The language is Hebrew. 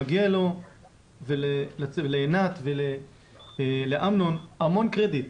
מגיע לו ולעינת ולאמנון המון קרדיט,